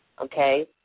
Okay